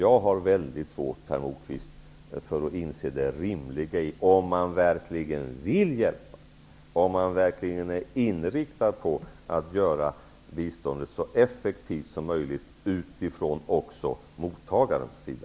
Jag har väldigt svårt, herr Moquist, att inse det rimliga i resonemanget, om man nu verkligen vill hjälpa, om man verkligen är inriktad på att göra biståndet så effektivt som möjligt också från mottagarens sida.